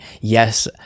yes